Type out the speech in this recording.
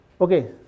okay